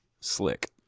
slick